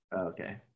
Okay